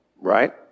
Right